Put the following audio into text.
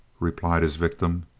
replied his victim.